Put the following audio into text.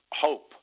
hope